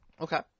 Okay